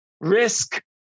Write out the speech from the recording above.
Risk